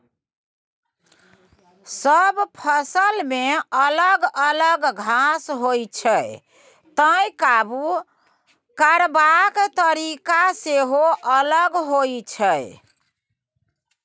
सब फसलमे अलग अलग घास होइ छै तैं काबु करबाक तरीका सेहो अलग होइ छै